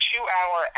two-hour